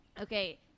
Okay